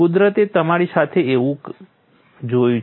કુદરતે તારી સામે કેવું જોયું છે